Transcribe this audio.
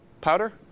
Powder